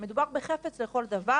מדובר בחפץ לכל דבר,